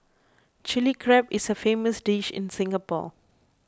Chilli Crab is a famous dish in Singapore